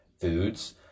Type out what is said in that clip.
foods